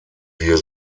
wir